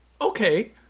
Okay